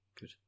good